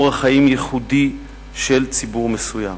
אורח חיים ייחודי של ציבור מסוים.